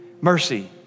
mercy